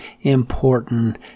important